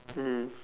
mm